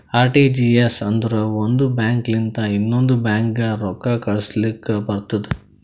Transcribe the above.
RTGS ಅಂದುರ್ ಒಂದ್ bank ಲಿಂತ ಇನ್ನೊಂದ್ ಬ್ಯಾಂಕ್ಗ ರೊಕ್ಕಾ ಕಳುಸ್ಲಾಕ್ ಬರ್ತುದ್